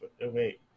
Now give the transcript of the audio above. wait